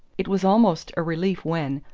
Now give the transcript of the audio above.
it was almost a relief when,